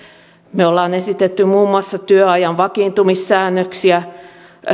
me olemme esittäneet muun muassa työajan vakiintumissäännöksiä